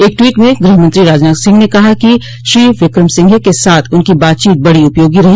एक ट्वीट में गृहमंत्री राजनाथ सिंह ने कहा है कि श्री विक्रमसिंघे के साथ उनकी बातचीत बड़ी उपयोगी रही